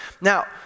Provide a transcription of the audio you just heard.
Now